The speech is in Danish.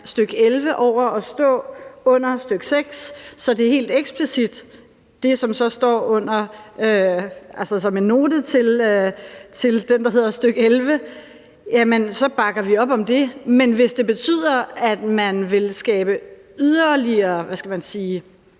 nr. 11 over at stå under nr. 6, så det er helt eksplicit, altså det, som så står som en note til nr. 11, så bakker vi op om det. Men hvis det betyder, at man vil skabe yderligere, hvad skal man sige,